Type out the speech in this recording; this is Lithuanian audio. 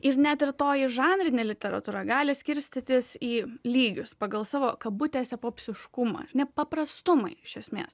ir net ir toji žanrinė literatūra gali skirstytis į lygius pagal savo kabutėse popsiškumą ar ne paprastumą iš esmės